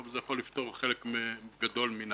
אבל זה יכול לפתור חלק גדול מן